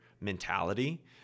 mentality